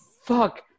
fuck